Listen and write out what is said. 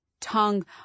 tongue